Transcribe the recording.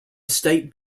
state